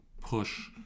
push